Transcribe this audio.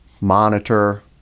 monitor